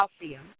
calcium